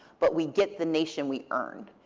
but we get the nation we earned.